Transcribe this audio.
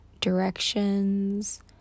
directions